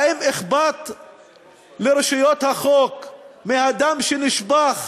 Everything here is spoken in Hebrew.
האם אכפת לרשויות החוק מהדם שנשפך